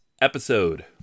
episode